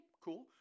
cool